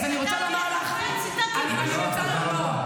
אני רוצה לומר לך --- אני סתמתי לה את הפה?